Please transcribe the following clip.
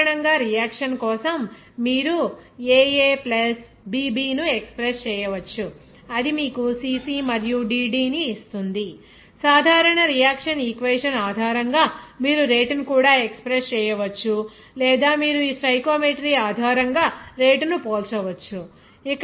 ఇప్పుడు సాధారణంగా రియాక్షన్ కోసం మీరు ఈ aA bB ను ఎక్స్ప్రెస్ చేయవచ్చు అది మీకు cC మరియు dD ని ఇస్తుంది సాధారణ రియాక్షన్ ఈక్వేషన్ ఆధారంగా మీరు రేటును కూడా ఎక్స్ప్రెస్ చేయవచ్చు లేదా మీరు ఈ స్టైకోమెట్రీ ఆధారంగా రేటును పోల్చవచ్చు